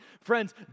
Friends